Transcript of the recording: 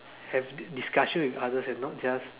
have discussion with others and not just